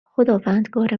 خداوندگار